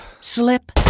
slip